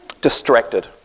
Distracted